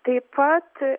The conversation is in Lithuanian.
taip pat